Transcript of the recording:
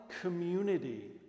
community